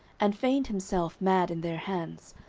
and feigned himself mad in their hands,